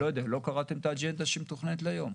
לא קראתם את האג'נדה שמפורטת להיום?